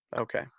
Okay